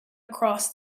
across